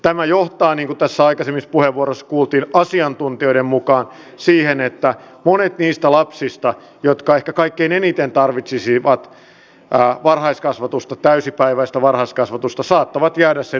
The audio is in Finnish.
tämä johtaa niin kuin tässä aikaisemmissa puheenvuoroissa kuultiin asiantuntijoiden mukaan siihen että monet niistä lapsista jotka ehkä kaikkein eniten tarvitsisivat varhaiskasvatusta täysipäiväistä varhaiskasvatusta saattavat jäädä sen ulkopuolelle